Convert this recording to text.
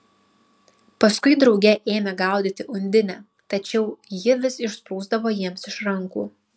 paskui drauge ėmė gaudyti undinę tačiau ji vis išsprūsdavo jiems iš rankų